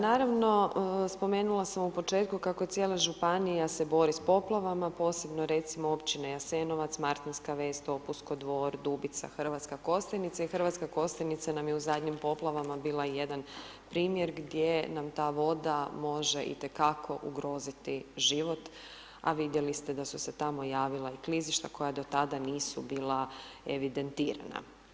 Naravno, spomenula sam u početku kako je cijela županija se bori s poplavama, posebno recimo općine Jasenovac, Martinska Ves, Topusko, Dvor, Dubica, Hrv. Kostajnica i Hrv. Kostajnica nam je u zadnjim poplavama bila jedan primjer gdje nam ta voda može itekako ugroziti i život, a vidjeli ste da su se tamo javila i klizišta koja do tada nisu bila evidentirana.